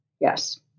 Yes